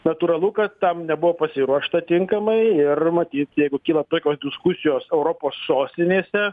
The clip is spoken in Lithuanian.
natūralu kad tam nebuvo pasiruošta tinkamai ir matyt jeigu kyla tokios diskusijos europos sostinėse